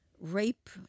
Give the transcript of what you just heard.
rape